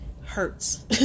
hurts